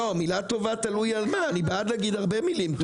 מילה טובה, אפשר להגיד הרבה מילים טובות.